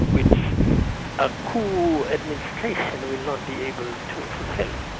which a coup administration will not be able to fulfil,